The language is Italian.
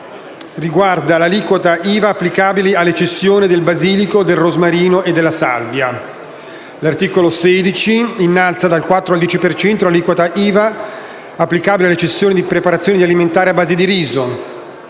L'articolo 15 riguarda l'aliquota IVA applicabile alle cessioni di basilico, rosmarino e salvia. L'articolo 16 innalza dal 4 al 10 per cento l'aliquota IVA applicabile alle cessioni di preparazioni alimentari a base di riso.